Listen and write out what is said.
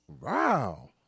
Wow